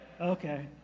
Okay